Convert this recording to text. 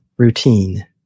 routine